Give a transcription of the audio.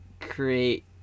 create